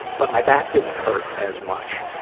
but my back didn't hurt as much.